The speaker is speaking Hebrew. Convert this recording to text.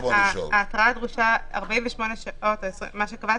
ההתראה דרושה 48 שעות לפני, מה שקבעתם.